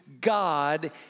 God